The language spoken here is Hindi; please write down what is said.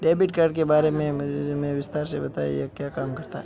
डेबिट कार्ड के बारे में हमें विस्तार से बताएं यह क्या काम आता है?